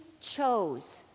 chose